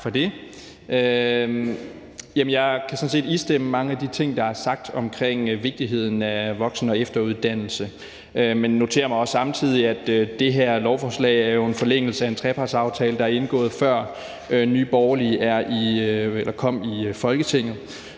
set istemme mange af de ting, der er sagt omkring vigtigheden af voksen- og efteruddannelse, men noterer mig også samtidig, at det her lovforslag er i forlængelse af en trepartsaftale, der er indgået, før Nye Borgerlige kom i Folketinget.